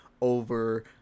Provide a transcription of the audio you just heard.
over